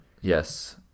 Yes